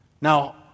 Now